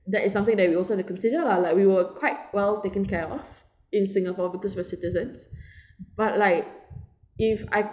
that is something that we also to consider lah like we were quite well taken care of in singapore because we are citizens but like if I